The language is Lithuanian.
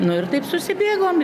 nu ir taip susibėgom